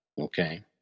Okay